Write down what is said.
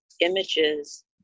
images